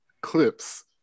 clips